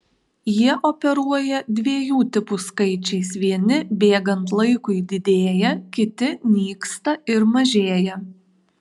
jie operuoja dviejų tipų skaičiais vieni bėgant laikui didėja kiti nyksta ir mažėja